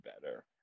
better